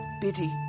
Biddy